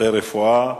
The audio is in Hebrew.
שירותי רפואה),